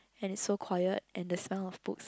and it's so quiet and the sound of books